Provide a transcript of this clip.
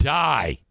die